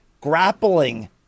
grappling